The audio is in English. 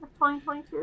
2022